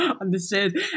Understood